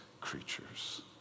creatures